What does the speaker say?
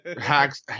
Hacks